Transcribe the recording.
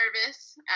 nervous